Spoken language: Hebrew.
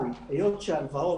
אבל היות שההלוואות,